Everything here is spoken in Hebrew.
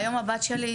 והיום הבת שלי,